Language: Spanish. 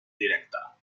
directa